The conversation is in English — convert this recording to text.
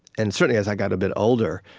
and certainly as i got a bit older,